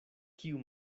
kiu